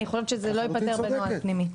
אני חושבת שזה לא ייפתר בנוהל פנימי.